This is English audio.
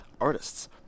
artists